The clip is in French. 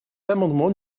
l’amendement